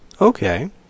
Okay